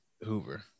Hoover